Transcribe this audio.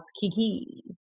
kiki